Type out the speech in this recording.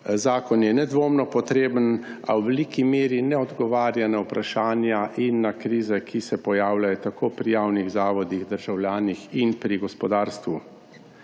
Zakon je nedvomno potreben, a v veliki meri ne odgovarja na vprašanja in na krize, ki se pojavljajo tako pri javnih zavodih, državljanih in pri gospodarstvu.